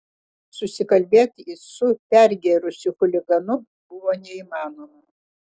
susikalbėti su pergėrusiu chuliganu buvo neįmanoma